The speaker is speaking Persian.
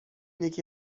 یکی